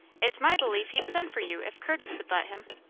it's my belief he'd send for you if curtis would let him.